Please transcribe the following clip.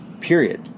Period